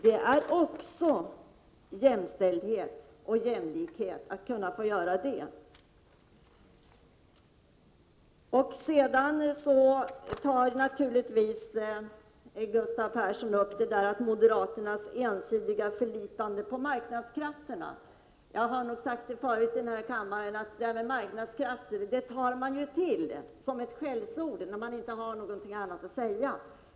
Det är också jämställdhet och jämlikhet att kunna få göra det. Sedan tar naturligtvis Gustav Persson upp moderaternas ensidiga förlitande på marknadskrafterna. Jag har nog sagt förut här i kammaren att det där med marknadskrafter tar man till som ett skällsord när man inte har någonting annat att säga.